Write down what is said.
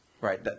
right